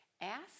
Ask